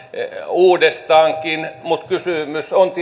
uudestaankin mutta kysymys on